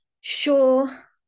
sure